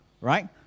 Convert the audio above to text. right